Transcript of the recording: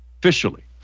officially